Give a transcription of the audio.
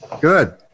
Good